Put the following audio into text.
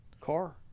car